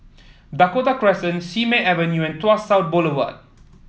Dakota Crescent Simei Avenue and Tuas South Boulevard